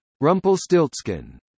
Rumpelstiltskin